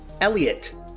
Elliot